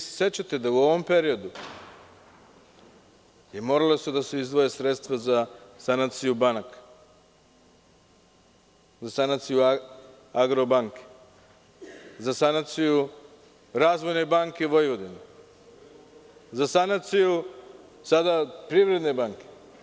Sećate se da su u ovom periodu morala da se izdvoje sredstva za sanaciju banaka, za sanaciju „Agrobanke“, za sanaciju „Razvojne banke Vojvodine“, za sanaciju sada „Privredne banke“